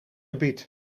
gebied